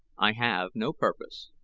i have no purpose.